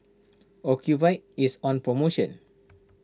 Ocuvite is on promotion